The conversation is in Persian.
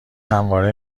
همواره